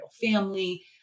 family